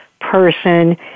person